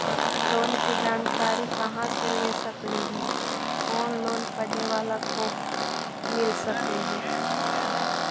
Loan की जानकारी कहा से ले सकली ही, कोन लोन पढ़े बाला को मिल सके ही?